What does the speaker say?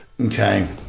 Okay